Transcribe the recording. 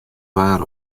waar